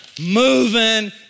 moving